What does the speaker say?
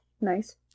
Nice